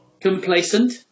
Complacent